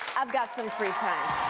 i've got some free time.